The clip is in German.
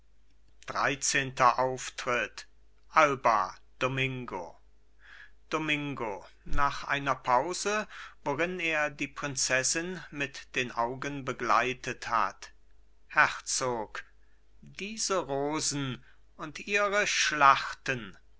dreizehnter auftritt alba domingo domingo nach einer pause worin er die prinzessin mit den augen begleitet hat herzog diese rosen und ihre schlachten